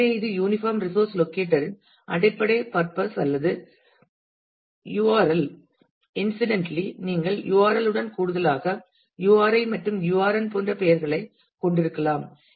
எனவே இது uniform resource locator இன் அடிப்படை பர்ப்பஸ் அல்லது URLl இன்ஸிடெண்டலி நீங்கள் URL உடன் கூடுதலாக URI மற்றும் URN போன்ற பெயர்களைக் கொண்டிருக்கலாம்